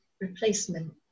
replacement